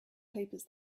papers